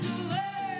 away